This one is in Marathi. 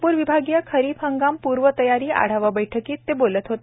नागपूर विभागीय खरिप हंगाम पूर्वतयारी आढावा बैठकीत ते बोलत होते